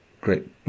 great